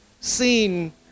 seen